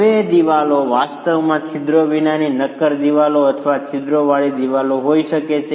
હવે દિવાલો વાસ્તવમાં છિદ્રો વિનાની નક્કર દિવાલો અથવા છિદ્રોવાળી દિવાલો હોઈ શકે છે